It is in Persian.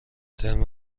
ترم